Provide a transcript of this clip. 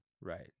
Right